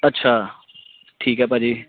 ਅੱਛਾ ਠੀਕ ਹੈ ਭਾਅ ਜੀ